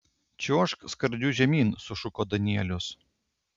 čiuožk skardžiu žemyn sušuko danielius